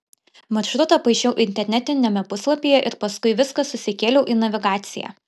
maršrutą paišiau internetiniame puslapyje ir paskui viską susikėliau į navigaciją